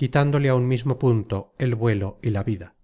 quitándole á un mismo punto el vuelo y la vida